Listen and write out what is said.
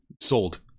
sold